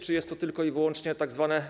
Czy jest to tylko i wyłącznie tak zwane.